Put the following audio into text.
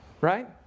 Right